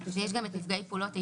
ויש גם את נפגעי פעולות איבה.